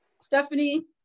Stephanie